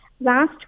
Last